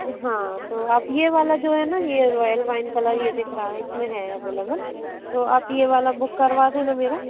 हाँ तो आप ये वाला जो है न ये रॉयल वाइन कलर ये दिख रहा है इसमें है अवेलेबल तो आप ये वाला बुक करवा देना मेरा